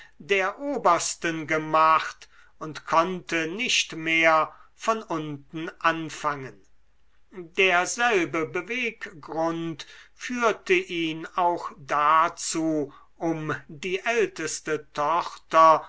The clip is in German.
der obersten gemacht und konnte nicht mehr von unten anfangen derselbe beweggrund führte ihn auch dazu um die älteste tochter